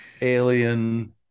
alien